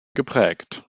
geprägt